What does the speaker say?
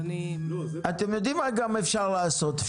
אתם יודעים מה גם אפשר לעשות,